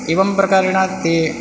एवं प्रकारेण ते